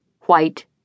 white